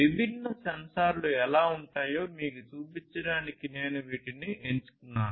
విభిన్న సెన్సార్లు ఎలా ఉంటాయో మీకు చూపించడానికి నేను వీటిని ఎంచుకున్నాను